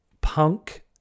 Punk